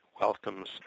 welcomes